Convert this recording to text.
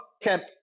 camp